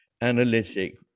analytic